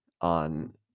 on